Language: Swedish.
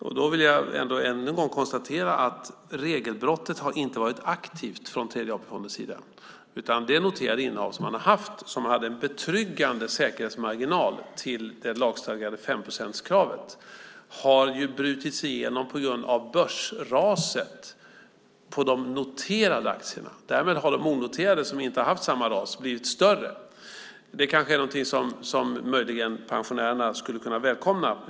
Jag vill ännu en gång konstatera att regelbrottet inte har varit aktivt från Tredje AP-fondens sida. Det noterade innehav man har haft, som hade en betryggande säkerhetsmarginal till det lagstadgade femprocentskravet, har brutits igenom på grund av börsraset på de noterade aktierna. Därmed har det onoterade innehavet, som inte har haft samma ras, blivit större. Det kanske möjligen pensionärerna kan välkomna.